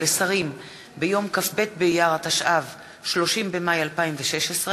נחמן שי ואורן אסף חזן,